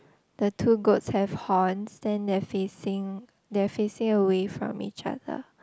the two goats have horns then they're facing they're facing away from each other